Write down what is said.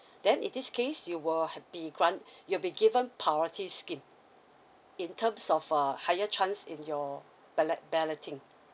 then in this case you will be grant you'll be given priority scheme in terms of a higher chance in your ballot~ balloting